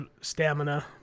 stamina